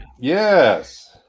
Yes